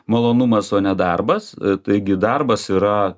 malonumas o ne darbas taigi darbas yra